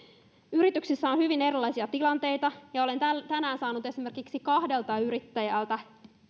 yrityksissä on hyvin erilaisia tilanteita ja olen tänään saanut esimerkiksi kahdelta yrittäjältä